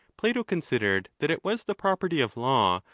plato considered that it was the pro perty of law,